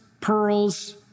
pearls